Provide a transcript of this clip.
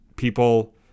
People